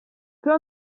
für